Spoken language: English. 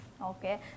Okay